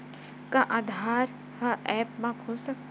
का आधार ह ऐप म खुल सकत हे?